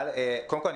קודם כל,